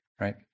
right